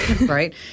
right